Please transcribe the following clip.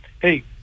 hey